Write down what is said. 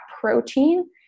protein